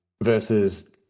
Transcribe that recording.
versus